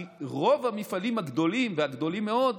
כי רוב המפעלים הגדולים והגדולים מאוד,